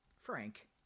Frank